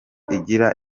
igira